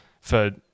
for-